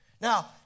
Now